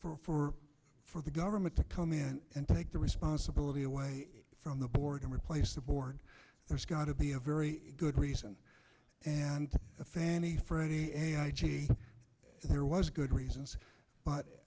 for for for the government to come in and take the responsibility away from the board and replace the board there's got to be a very good reason and fannie freddie there was good reasons but